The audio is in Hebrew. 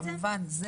כמובן,